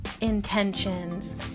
intentions